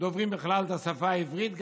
דוברים בכלל את השפה העברית,